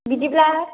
बिदिब्ला